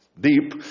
deep